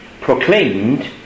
proclaimed